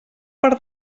per